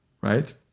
Right